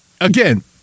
Again